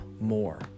more